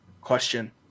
question